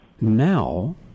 Now